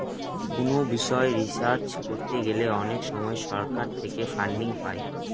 কোনো বিষয় রিসার্চ করতে গেলে অনেক সময় সরকার থেকে ফান্ডিং পাই